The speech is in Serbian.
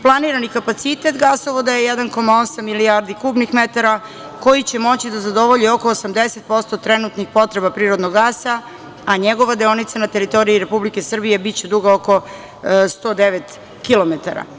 Planirani kapacitet gasovoda je 1,8 milijardi kubnih metara, koji će moći da zadovolji oko 80% trenutnih potreba prirodnog gasa, a njegova deonica na teritoriji Republike Srbije biće duga oko 109 kilometara.